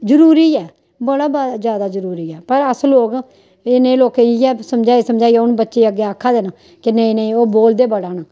जरुरी ऐ बड़ा जैदा जरुरी ऐ पर अस लोक आं एह् नेह् लोकें गी इ'यै समझाई समझाई ऐ हून बच्चे अग्गें आखै दे न कि नेईं नेईं लोग बोलदेंँ बड़ा न